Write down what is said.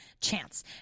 chance